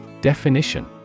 Definition